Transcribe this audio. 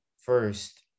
first